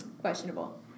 Questionable